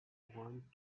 want